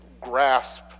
grasp